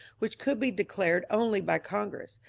which could be declared only by congress,